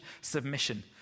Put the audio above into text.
submission